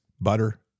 butter